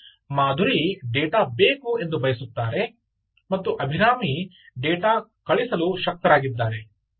ಎಂದರೆ ಮಾಧುರಿ ಡೇಟಾ ಬೇಕು ಎಂದು ಬಯಸುತ್ತಾರೆ ಮತ್ತು ಅಭಿರಾಮಿ ಡೇಟಾ ವನ್ನು ಕಳಿಸಲು ಶಕ್ತರಾಗಿದ್ದಾರೆ